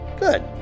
Good